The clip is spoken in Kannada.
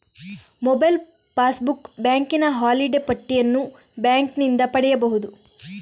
ಮೊಬೈಲ್ ಪಾಸ್ಬುಕ್, ಬ್ಯಾಂಕಿನ ಹಾಲಿಡೇ ಪಟ್ಟಿಯನ್ನು ಬ್ಯಾಂಕಿನಿಂದ ಪಡೆಯಬಹುದು